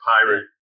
pirate